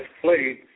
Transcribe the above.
played